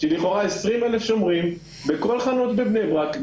לכאורה אתה צריך 20 אלף שומרים בכל חנות בבני ברק,